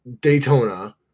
Daytona